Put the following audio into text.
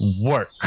work